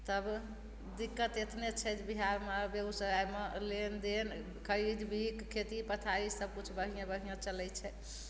तब दिक्कत एतने छै जे बिहारमे बेगूसरायमे लेनदेन खरीद बिक खेती पथारी सबकिछु बढियें बढ़िआँ चलय छै